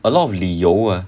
a lot of 理由 uh